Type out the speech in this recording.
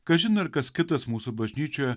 kažin ar kas kitas mūsų bažnyčioje